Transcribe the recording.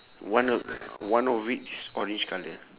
one of one of it is orange colour